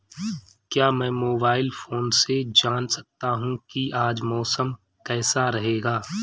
क्या मैं mobile phone से जान सकता हूँ कि आज मौसम कैसा रहेगा?